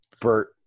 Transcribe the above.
Bert